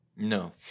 No